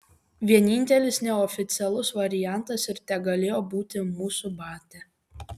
vienintelis neoficialus variantas ir tegalėjo būti mūsų batia